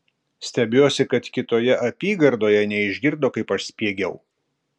stebiuosi kad kitoje apygardoje neišgirdo kaip aš spiegiau